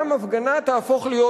גם הפגנה תהפוך להיות,